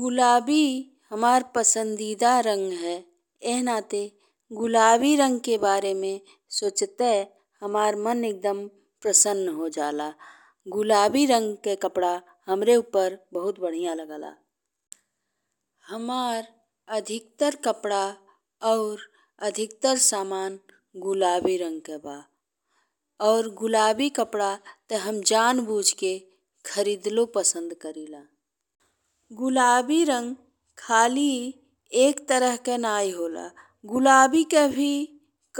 गुलाबी हमार पसंदीदा रंग है, एह नाते गुलाबी रंग के बारे में सोचते हमार मन एकदम प्रसन्न हो जाला। गुलाबी रंग के कपड़ा हमरे ऊपर बहुत बढ़िया लागेला। हमार अधिकतर कपड़ा और अधिकतर सामान गुलाबी रंग के बा और गुलाबी कपड़ा ते हम जान बूझा के खरिदलो पसंद करिला। गुलाबी रंग खाली एक तरह के नहीं होला। गुलाबी के भी